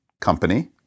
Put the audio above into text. company